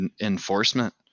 enforcement